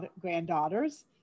granddaughters